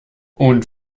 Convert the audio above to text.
und